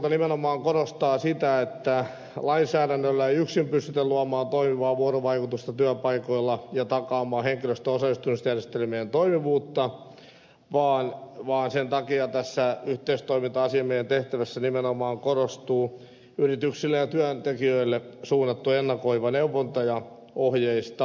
valiokunta nimenomaan korostaa sitä että lainsäädännöllä ei yksin pystytä luomaan toimivaa vuorovaikutusta työpaikoilla ja takaamaan henkilöstön osallistumisjärjestelmien toimivuutta vaan sen takia tässä yhteistoiminta asiamiehen tehtävässä nimenomaan korostuu yrityksille ja työntekijöille suunnattu ennakoiva neuvonta ja ohjeistaminen